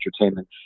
entertainment